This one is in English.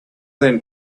than